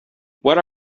what